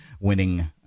winning